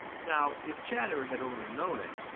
now if chatterer had only known it,